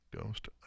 Ghost